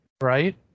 right